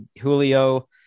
Julio